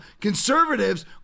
conservatives